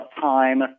time